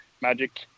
magic